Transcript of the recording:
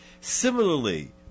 Similarly